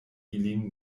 ilin